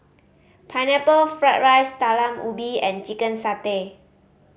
Pineapple Fried rice Talam Ubi and chicken satay